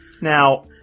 Now